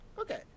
Okay